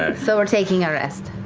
ah so we're taking a rest.